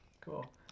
cool